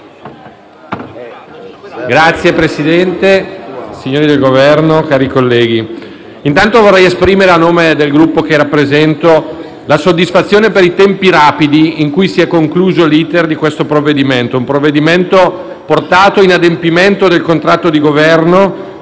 Signor Presidente, signori del Governo, cari colleghi, intanto vorrei esprimere a nome del Gruppo che rappresento la soddisfazione per i tempi rapidi in cui si è concluso l'*iter* del provvedimento in esame; un provvedimento portato in adempimento del contratto di Governo